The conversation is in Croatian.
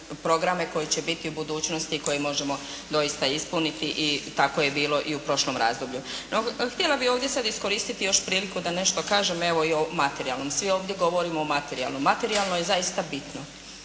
programe koji će biti u budućnosti i koje možemo doista ispuniti i kako je bilo i u prošlom razdoblju. No htjela bih ovdje sad iskoristiti još priliku da nešto kažem evo i o materijalnom. Svi ovdje govorimo o materijalnom. Materijalno je zaista bitno.